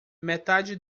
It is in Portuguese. metade